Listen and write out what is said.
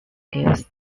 gives